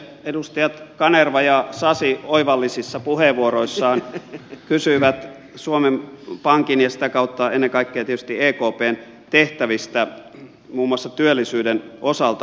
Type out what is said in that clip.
edustajat kanerva ja sasi oivallisissa puheenvuoroissaan kysyivät suomen pankin ja sitä kautta ennen kaikkea tietysti ekpn tehtävistä muun muassa työllisyyden osalta